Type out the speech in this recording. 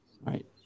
right